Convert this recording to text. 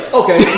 okay